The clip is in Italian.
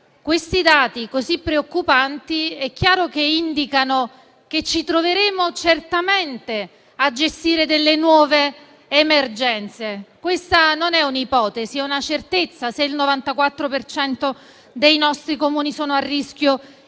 Questi dati, così preoccupanti, indicano che ci troveremo certamente a gestire nuove emergenze. Questa non è un'ipotesi, ma una certezza, se il 94 per cento dei nostri Comuni è a rischio